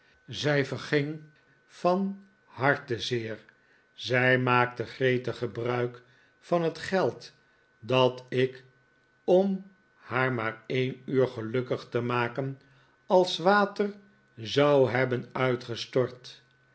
zij verging van hartzeer hij maakte gretig gebruik van het geld dat ik om haar maar een uur gelukkig te rnaken als water zou hebbeh uitgestort